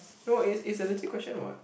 no is is a legit question what